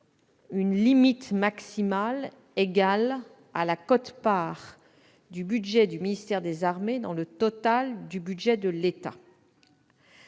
une limite maximale égale à la quote-part du budget du ministère des armées dans le total du budget de l'État.